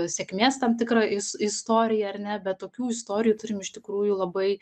sėkmės tam tikrą is istoriją ar ne bet tokių istorijų turim iš tikrųjų labai